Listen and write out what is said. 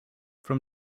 from